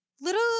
little